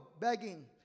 begging